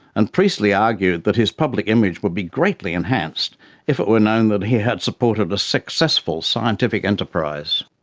and priestley argued that his public image would be greatly enhanced if it were known that he had supported a successful scientific enterprise.